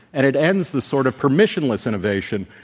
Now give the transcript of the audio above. and it ends the sort of permission-less innovation,